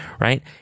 right